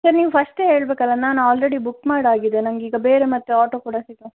sir ನೀವು ಫಸ್ಟೇ ಹೇಳಬೇಕಲ್ಲ ನಾನು ಆಲ್ರೆಡಿ ಬುಕ್ ಮಾಡಾಗಿದೆ ನನಗೀಗ ಬೇರೆ ಮತ್ತೆ ಆಟೋ ಕೂಡ ಸಿಗಲ್ಲ